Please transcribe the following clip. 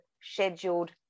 scheduled